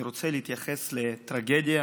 אני רוצה להתייחס לטרגדיה